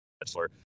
Bachelor